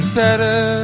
better